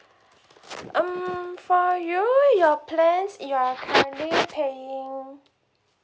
um for you your plans you're currently paying